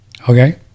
Okay